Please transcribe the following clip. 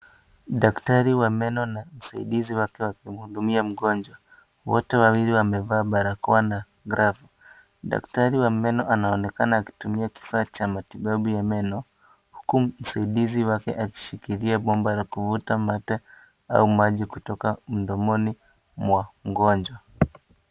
Daktari wa meno na msaidizi wake wakimhudumia mgonjwa, wote wawili wamevaa barakoa na glavu, daktari wa meno anaonekana akitumia kifaa cha matibabu ya meno, huku msaidizi wake akishikilia bomba la kuvuta mate au maji kutoka mdomoni mwa mgonjwa.